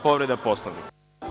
Povreda Poslovnika.